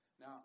Now